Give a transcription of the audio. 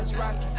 write